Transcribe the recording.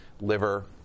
liver